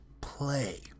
play